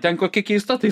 ten kokia keista tai